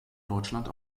deutschland